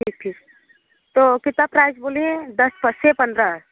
ठीक ठीक तो कितना प्राइस बोली हैं दस छः पन्द्रह